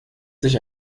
sich